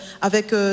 avec